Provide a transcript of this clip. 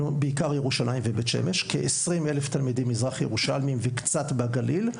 בעיקר בירושלים ובבית שמש; כ-20 אלף תלמידים מזרח ירושלמים וקצת בגליל.